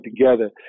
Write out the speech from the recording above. together